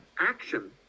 action